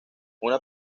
una